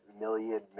million